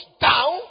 down